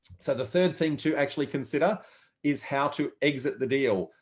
so the third thing to actually consider is how to exit the deal.